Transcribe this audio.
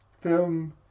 film